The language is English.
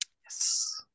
Yes